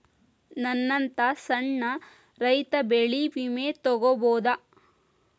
ನನ್ನಂತಾ ಸಣ್ಣ ರೈತ ಬೆಳಿ ವಿಮೆ ತೊಗೊಬೋದ?